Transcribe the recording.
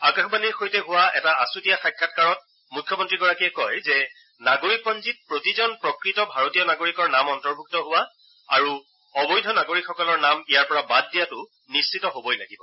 আকাশবাণীৰ সৈতে হোৱা এটা আছুতীয়া সাক্ষাৎকাৰত মুখ্যমন্ত্ৰীগৰাকীয়ে কয় যে নাগৰিকপঞ্জীত প্ৰতিজন প্ৰকৃত ভাৰতীয় নাগৰিকৰ নাম অন্তৰ্ভুক্ত হোৱা আৰু অবৈধ নাগৰিকসকলৰ নাম ইয়াৰ পৰা বাদ দিয়াটো নিশ্চিত হ'বই লাগিব